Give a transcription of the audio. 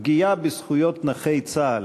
פגיעה בזכויות נכי צה"ל.